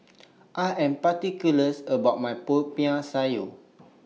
I Am particulars about My Popiah Sayur